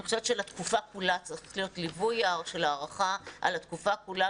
אני חושבת שלתקופה כולה צריך להיות ליווי של הערכה על התקופה כולה,